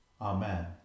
Amen